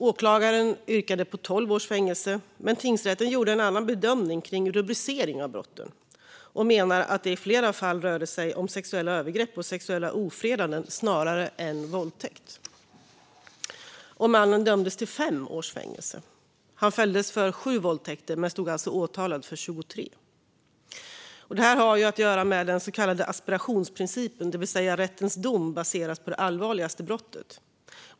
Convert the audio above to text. Åklagaren yrkade på 12 års fängelse, men tingsrätten gjorde en annan bedömning kring rubriceringen av brotten och menade att det i flera fall rörde sig om sexuella övergrepp och sexuella ofredanden snarare än våldtäkt. Mannen dömdes till fem års fängelse. Han fälldes för sju våldtäkter, men han stod alltså åtalad för 23. Detta har att göra med den så kallade asperationsprincipen, det vill säga att rättens dom baseras på det allvarligaste brottet.